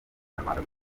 nyarwanda